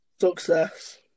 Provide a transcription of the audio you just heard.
success